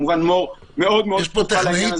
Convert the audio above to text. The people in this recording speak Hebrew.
וכמובן, מור מאוד מאוד פתוחה לעניין הזה.